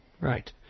right